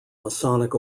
masonic